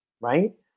Right